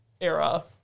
era